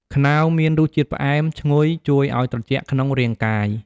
ខ្នុរមាន រសជាតិផ្អែម ឈ្ងុយ ជួយឱ្យត្រជាក់ក្នុងរាងកាយ។